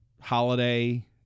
holiday